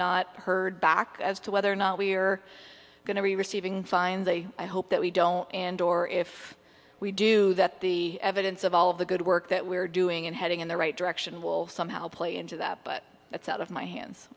not heard back as to whether or not we're going to be receiving find they i hope that we don't and or if we do that the evidence of all of the good work that we're doing and heading in the right direction will somehow play into that but that's out of my